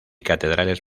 catedrales